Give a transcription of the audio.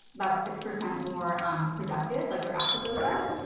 about six percent more productive, like their output goes up.